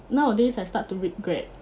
nowadays I start to regret